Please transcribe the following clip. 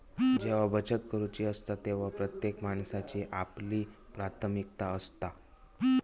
जेव्हा बचत करूची असता तेव्हा प्रत्येक माणसाची आपापली प्राथमिकता असता